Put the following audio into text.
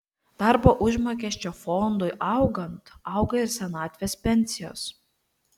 darbo užmokesčio fondui augant auga ir senatvės pensijos